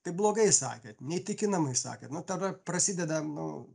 tai blogai sakėt neįtikinamai sakėt nu tara prasideda nu